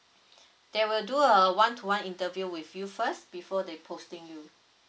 they will do a one to one interview with you first before they posting you